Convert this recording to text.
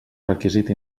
requisit